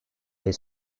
ayı